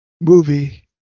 movie